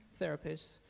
therapists